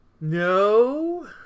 No